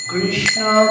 Krishna